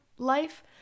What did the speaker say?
life